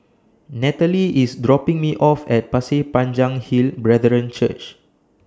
Natalee IS dropping Me off At Pasir Panjang Hill Brethren Church